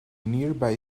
nearby